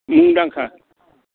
मुंदांखा